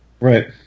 right